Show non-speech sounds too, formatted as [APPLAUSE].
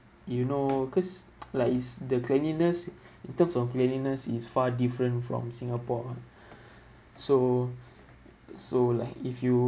you know cause like its the cleanliness in terms of cleanliness is far different from singapore [BREATH] so so like if you